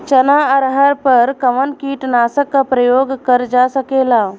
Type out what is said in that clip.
चना अरहर पर कवन कीटनाशक क प्रयोग कर जा सकेला?